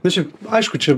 tai čia aišku čia